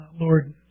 Lord